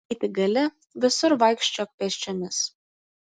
kai tik gali visur vaikščiok pėsčiomis